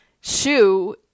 shoe